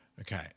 Okay